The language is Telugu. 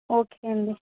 ఓకే అండి